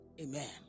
Amen